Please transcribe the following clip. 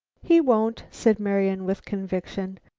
he won't, said marian with conviction.